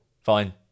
Fine